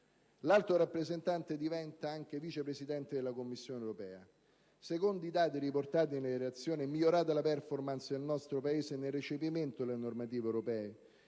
L'Alto rappresentante diventa anche vicepresidente della Commissione europea. Secondo i dati riportati nella relazione è migliorata la *performance* del nostro Paese nel recepimento delle normative europee.